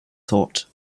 thought